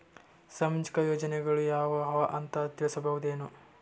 ಸಾಮಾಜಿಕ ಯೋಜನೆಗಳು ಯಾವ ಅವ ಅಂತ ತಿಳಸಬಹುದೇನು?